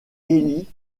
élit